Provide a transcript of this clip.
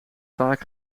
vaak